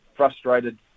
frustrated